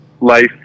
life